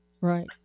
Right